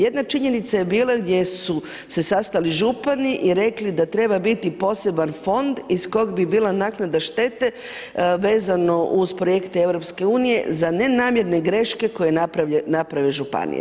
Jedna je činjenica bila gdje su se sastali župani i rekli da treba biti poseban fond iz kog bi bila naknada štete vezano uz projekte EU za nenamjerne greške koje naprave županije.